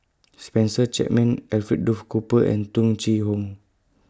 Spencer Chapman Alfred Duff Cooper and Tung Chye Hong